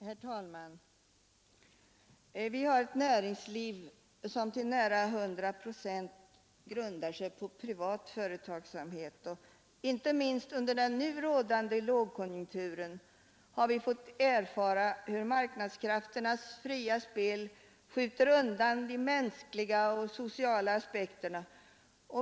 Herr talman! Vi har ett näringsliv som till nära hundra procent grundar sig på privat företagsamhet. Inte minst under den nu rådande lågkonjunkturen har vi fått erfara hur marknadskrafternas fria spel skjuter undan de mänskliga och sociala aspekterna.